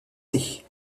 thé